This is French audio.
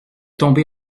tombé